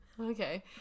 Okay